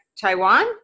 taiwan